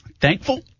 thankful